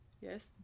Yes